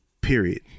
period